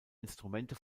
instrumente